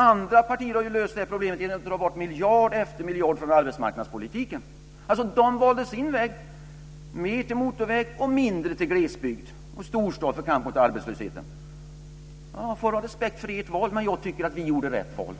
Andra partier har löst problemet genom att dra bort miljard efter miljard från arbetsmarknadspolitiken. De valde sin väg, mer till motorväg och mindre till glesbygd och storstad för kamp mot arbetslösheten, och kanske får de respekt för det i ett val. Men jag tycker att vi gjorde rätt val.